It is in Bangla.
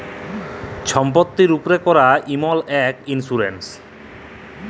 ছম্পত্তির উপ্রে ক্যরা ইমল ইক ইল্সুরেল্স